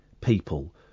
people